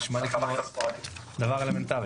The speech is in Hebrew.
זה נראה לי דבר אלמנטרי,